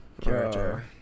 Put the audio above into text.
character